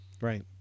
Right